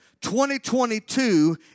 2022